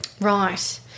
Right